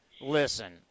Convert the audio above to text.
listen